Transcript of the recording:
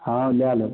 हँ लए लेब